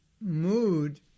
mood